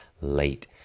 late